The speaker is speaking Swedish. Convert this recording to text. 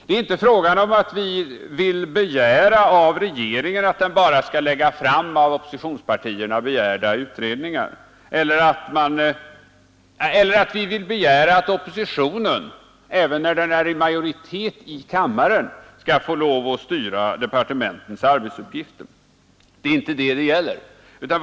Det är inte fråga om att vi vill begära av regeringen att den bara skall lägga fram av oppositionspartierna begärda utredningar eller att vi vill begära att oppositionen, även när den är i majoritet i kammaren, skall få styra departementens arbetsuppgifter. Det är inte detta det gäller.